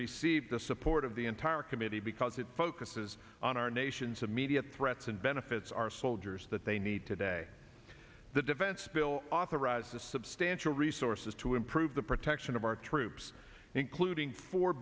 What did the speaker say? received the support of the entire committee because it focuses on our nation's immediate threats and benefits our soldiers that they need today the defense bill authorizes the substantial resources to improve the protection of our troops including four